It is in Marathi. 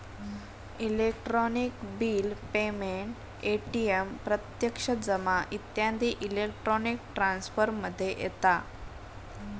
इलेक्ट्रॉनिक बिल पेमेंट, ए.टी.एम प्रत्यक्ष जमा इत्यादी इलेक्ट्रॉनिक ट्रांसफर मध्ये येता